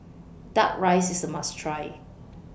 Duck Rice IS A must Try